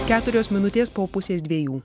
keturios minutės po pusės dviejų